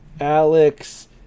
Alex